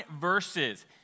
verses